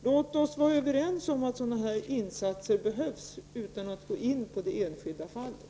Låt oss vara överens om att sådana här insatser behövs utan att vi går in på det enskilda fallet!